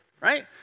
right